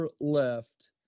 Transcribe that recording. left